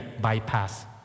bypass